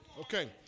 Okay